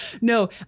No